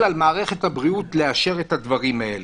על מערכת הבריאות לאשר את הדברים האלה.